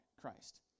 Christ